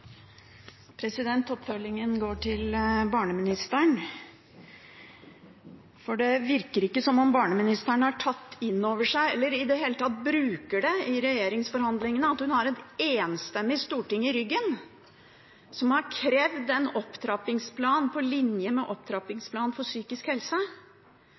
går til barneministeren. Det virker ikke som om barneministeren har tatt inn over seg eller i det hele tatt bruker det i regjeringsforhandlingene at hun har et enstemmig storting i ryggen, som har krevd den opptrappingsplanen på linje med opptrappingsplanen for psykisk helse.